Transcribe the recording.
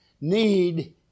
need